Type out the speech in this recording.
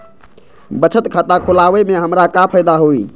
बचत खाता खुला वे में हमरा का फायदा हुई?